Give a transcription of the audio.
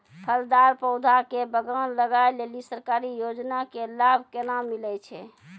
फलदार पौधा के बगान लगाय लेली सरकारी योजना के लाभ केना मिलै छै?